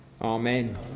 Amen